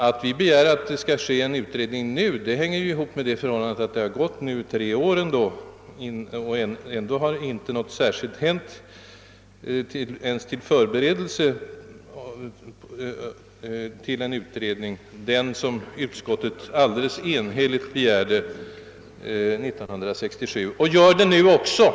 Det förhållandet att vi hemställer att en utredning nu skall genomföras beror givetvis på att man trots att utskottet år 1967, alltså för tre år sedan, enhälligt begärde en utredning — såsom utskottets majoritet i dag också gör — inte ens synes ha vidtagit några förberedelser för en sådan.